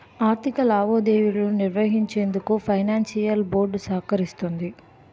ఆర్థిక లావాదేవీలు నిర్వహించేందుకు ఫైనాన్షియల్ బోర్డ్ సహకరిస్తుంది